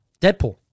Deadpool